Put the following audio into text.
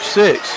six